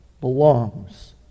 belongs